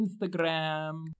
Instagram